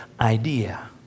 idea